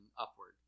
upward